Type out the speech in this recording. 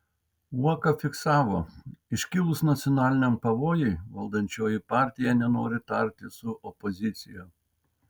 uoka fiksavo iškilus nacionaliniam pavojui valdančioji partija nenori tartis su opozicija